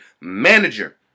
manager